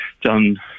done